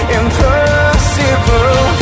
impossible